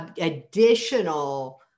additional